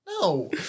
No